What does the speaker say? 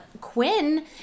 Quinn